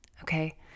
Okay